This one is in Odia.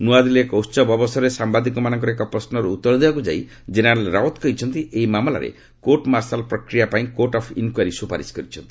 ନୂଆଦିଲ୍ଲୀରେ ଏକ ଉତ୍ସବ ଅବସରରେ ସାମ୍ଭାଦିକମାନଙ୍କର ଏକ ପ୍ରଶ୍ନର ଉତ୍ତର ଦେବାକୁ ଯାଇ ଜେନେରାଲ୍ ରାଓ୍ୱତ୍ କହିଛନ୍ତି ଏହି ମାମଲାରେ କୋର୍ଟ ମାର୍ଶାଲ୍ ପ୍ରକ୍ରିୟା ପାଇଁ କୋର୍ଟ ଅଫ୍ ଇନ୍କ୍ୱାରି ସୁପାରିଶ କରିଛନ୍ତି